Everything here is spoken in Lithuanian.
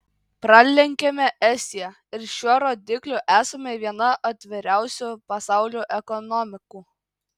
pralenkėme estiją ir šiuo rodikliu esame viena atviriausių pasaulių ekonomikų